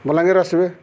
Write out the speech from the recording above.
ବଲାଙ୍ଗୀରରୁ ଆସିବେ